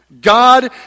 God